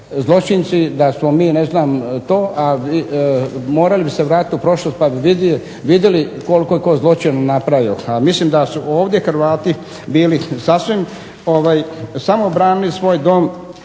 zločinci, da smo mi ne znam to, a morali bi se vratiti u prošlost pa bi vidjeli koliko je tko zločina napravio. A mislim da su ovdje Hrvati bili sasvim samo branili svoj dom